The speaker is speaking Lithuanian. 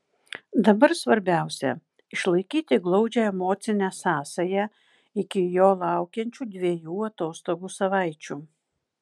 dabar svarbiausia išlaikyti glaudžią emocinę sąsają iki jo laukiančių dviejų atostogų savaičių